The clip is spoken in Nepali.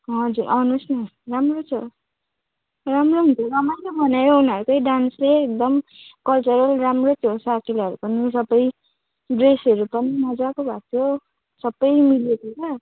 हजुर आउनुहोस् न राम्रो छ राम्रो हुन्छ रमाइलो बनायो उनीहरूकै डान्सले एकदम कल्चरल राम्रो थियो साकेलाहरू पनि सबै ड्रेसहरू पनि मज्जाको भएको थियो सबै मिलेको क्या